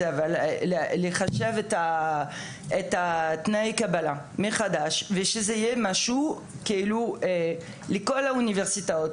צריך לחשב את תנאי הקבלה מחדש ושזה יהיה זהה לכל האוניברסיטאות.